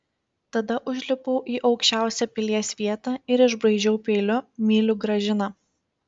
tada užlipau į aukščiausią pilies vietą ir išbraižiau peiliu myliu gražiną